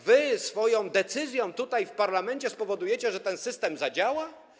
Wy swoją decyzją tutaj, w parlamencie, spowodujecie, że ten system zadziała?